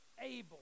able